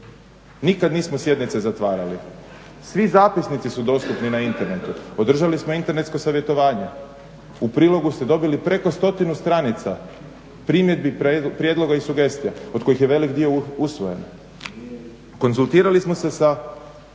Nikad nismo sjednice zatvarali. Svi zapisnici su dostupni na internetu. Održali smo internetsko savjetovanje. U prilogu ste dobili preko stotinu stranica primjedbi, prijedloga i sugestija od kojih je velik dio usvojen. Konzultirali smo se sa